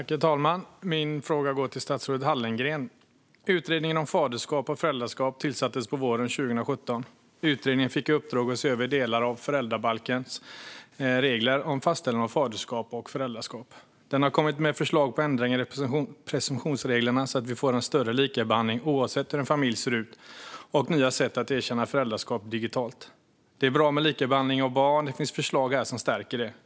Herr talman! Min fråga går till statsrådet Hallengren. Utredningen om faderskap och föräldraskap tillsattes våren 2017 och fick i uppdrag att se över delar av föräldrabalkens regler om fastställande av faderskap och föräldraskap. Den har kommit med förslag på ändringar av presumtionsreglerna så att vi får större likabehandling oavsett hur en familj ser ut och nya sätt att erkänna föräldraskap digitalt. Det är bra med likabehandling av barn. Här finns förslag om att stärka det.